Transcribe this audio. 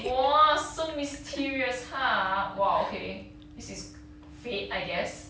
!wah! so mysterious !huh! !wah! okay this is fate I guess